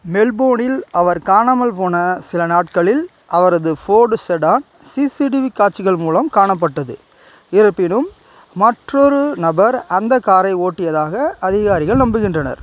மெல்போனில் அவர் காணாமல் போன சில நாட்களில் அவரது ஃபோர்டு செடான் சிசிடிவி காட்சிகள் மூலம் காணப்பட்டது இருப்பினும் மற்றொரு நபர் அந்த காரை ஓட்டியதாக அதிகாரிகள் நம்புகின்றனர்